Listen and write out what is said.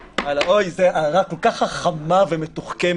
אוי, זאת הערה כל כך חכמה ומתוחכמת.